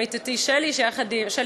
עמיתתי שלי יחימוביך,